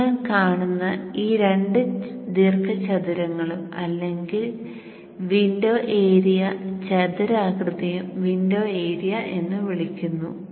നിങ്ങൾ കാണുന്ന ഈ രണ്ട് ദീർഘചതുരങ്ങളും അല്ലെങ്കിൽ വിൻഡോ ഏരിയ ചതുരാകൃതിയെയും വിൻഡോ ഏരിയ എന്ന് വിളിക്കുന്നു